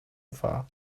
far